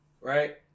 Right